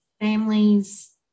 families